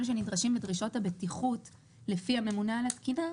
שנדרשים לדרישות הבטיחות לפי הממונה על התקינה,